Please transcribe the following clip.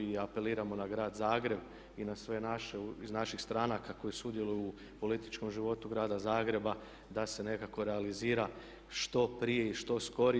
I apeliramo na grad Zagreb i na sve naše iz naših stranaka koji sudjeluju u političkom životu grada Zagreba, da se nekako realizira što prije i što skorije.